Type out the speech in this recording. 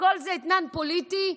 הכול אתנן פוליטי?